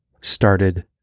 started